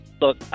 Look